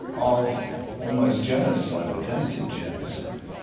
of almost genocide, attempted genocide.